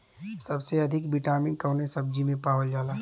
सबसे अधिक विटामिन कवने सब्जी में पावल जाला?